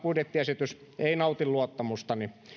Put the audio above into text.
budjettiesitys ei nauti luottamustani